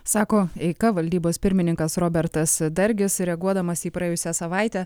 sako eika valdybos pirmininkas robertas dargis reaguodamas į praėjusią savaitę